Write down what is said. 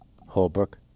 Holbrook